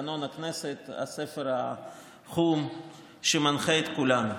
תקנון הכנסת, הספר החום שמנחה את כולנו.